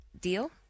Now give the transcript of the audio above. deal